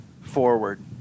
forward